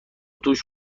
توش